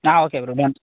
okay bro done